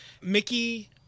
Mickey